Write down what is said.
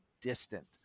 distant